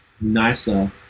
nicer